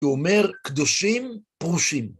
ואומר, קדושים פרושים.